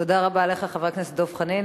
תודה רבה לך, חבר הכנסת דב חנין.